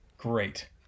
Great